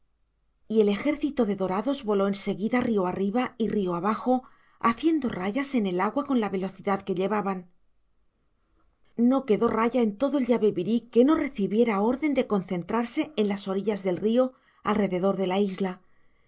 y el ejército de dorados voló en seguida río arriba y río abajo haciendo rayas en el agua con la velocidad que llevaban no quedó raya en todo el yabebirí que no recibiera orden de concentrarse en las orillas del río alrededor de la isla